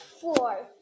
four